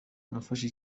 nafashe